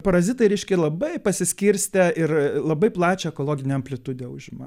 parazitai reiškia labai pasiskirstę ir labai plačią ekologinę amplitudę užima